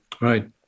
Right